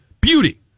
beauty